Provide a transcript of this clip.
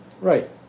Right